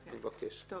מה